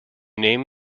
name